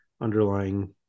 underlying